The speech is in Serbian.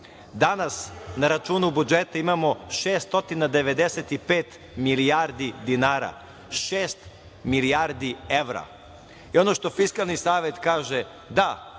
Danas na računu budžeta imamo 695 milijardi dinara, šest milijardi evra. Ono što Fiskalni savet kaže – da,